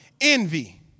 envy